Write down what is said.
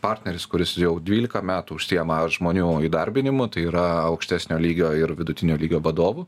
partneris kuris jau dvylika metų užsiema žmonių įdarbinimu tai yra aukštesnio lygio ir vidutinio lygio vadovu